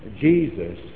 Jesus